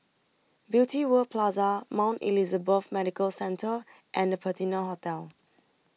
Beauty World Plaza Mount Elizabeth Medical Centre and The Patina Hotel